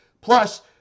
Plus